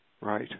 Right